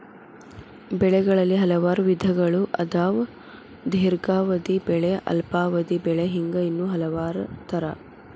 ಬೆಳೆಗಳಲ್ಲಿ ಹಲವಾರು ವಿಧಗಳು ಅದಾವ ದೇರ್ಘಾವಧಿ ಬೆಳೆ ಅಲ್ಪಾವಧಿ ಬೆಳೆ ಹಿಂಗ ಇನ್ನೂ ಹಲವಾರ ತರಾ